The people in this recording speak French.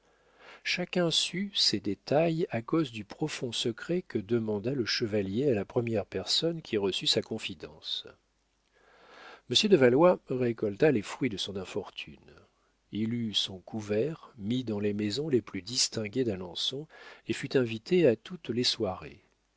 chacun sut ces détails à cause du profond secret que demanda le chevalier à la première personne qui reçut sa confidence monsieur de valois récolta les fruits de son infortune il eut son couvert mis dans les maisons les plus distinguées d'alençon et fut invité à toutes les soirées